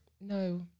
no